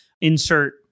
insert